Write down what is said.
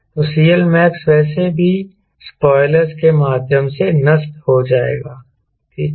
तो CLmax वैसे भी स्पॉयलरज़ के माध्यम से नष्ट हो जाएगा ठीक है